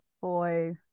boy